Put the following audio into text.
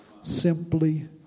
simply